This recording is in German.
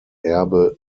erbe